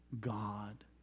God